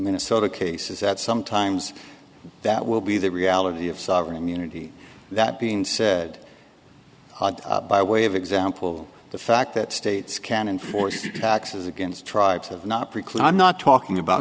minnesota case is that sometimes that will be the reality of sovereign immunity that being said by way of example the fact that states can enforce taxes against tribes of not preclude i'm not talking about